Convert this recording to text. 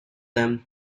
them